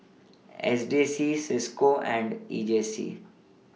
S D C CISCO and E J C